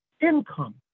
income